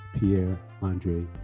Pierre-Andre